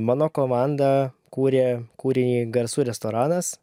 mano komanda kūrė kūrinį garsų restoranas